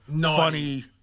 funny